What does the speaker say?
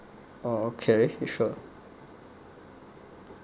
oh okay sure